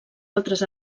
altres